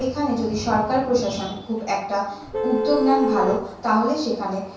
এখানে যদি সরকার প্রশাসন খুব একটা উদ্যোগ নেন ভালো তাহলে সেখানে